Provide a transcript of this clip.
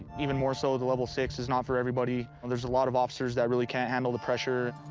even more so the level six is not for everybody. and there's a lot of officers that really can't handle the pressure.